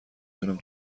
تونم